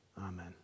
Amen